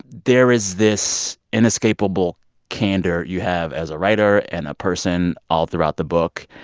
there is this inescapable candor you have as a writer and a person all throughout the book.